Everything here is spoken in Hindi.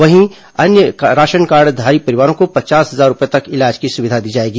वहीं अन्य राशनकार्डधारी परिवारों को पचास हजार रूपए तक इलाज की सुविधा दी जाएगी